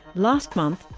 last month,